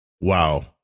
Wow